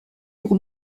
pour